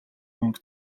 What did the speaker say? мөнгө